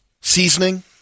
seasoning